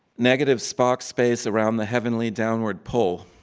negative spark space around the heavenly downward pull,